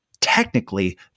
technically